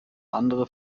andere